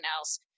else